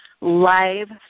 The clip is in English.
live